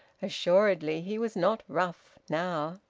assuredly he was not rough now.